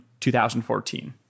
2014